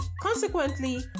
Consequently